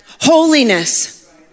holiness